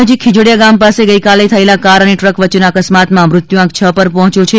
જામનગરના કાલાવડ નજીક ખીજડીયા ગામ ૌાસે ગઇકાલે થયેલા કાર અને ટ્રક વચ્ચેના અકસ્માતમાં મૃત્યુઆંક છ ર હોંચ્યો છે